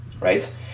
right